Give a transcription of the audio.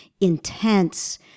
intense